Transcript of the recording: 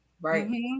Right